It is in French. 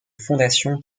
fondation